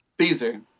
Caesar